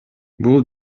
бул